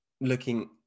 looking